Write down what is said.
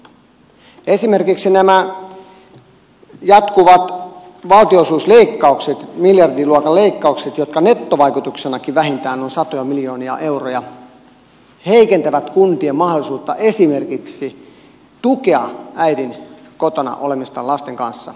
esimerkiksi nämä jatkuvat valtionosuusleikkaukset miljardiluokan leikkaukset jotka nettovaikutuksenakin ovat vähintään satoja miljoonia euroja heikentävät kuntien mahdollisuutta esimerkiksi tukea äidin kotona olemista lasten kanssa